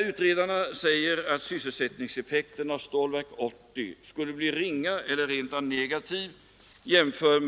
Utredarna säger att sysselsättningseffekten av Stålverk 80 skulle bli ringa eller rent av negativ jämfört